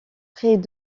près